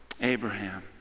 Abraham